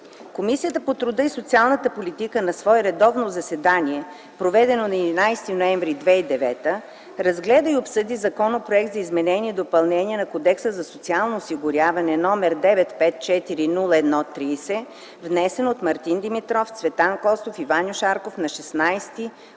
„Комисията по труда и социалната политика на свое редовно заседание, проведено на 11 ноември 2009 г., разгледа и обсъди Законопроект за изменение и допълнение на Кодекса за социално осигуряване № 954-01-30, внесен от Мартин Димитров, Цветан Костов и Ваньо Шарков на 16 октомври